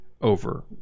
over